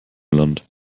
land